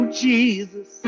jesus